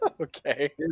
okay